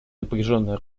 напряженная